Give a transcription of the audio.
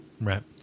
Right